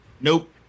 nope